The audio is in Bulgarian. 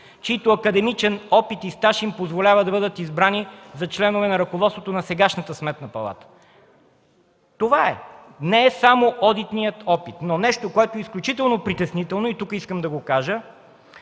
чийто академичен стаж и опит им позволява да бъдат избрани за членове на ръководството на сегашната Сметна палата. Това е. Не е само одитният опит. Но нещо, което е изключително притеснително и тук искам да го кажа,